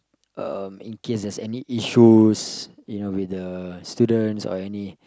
um in case there's any issues you know with the students or any